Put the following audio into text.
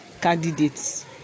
candidates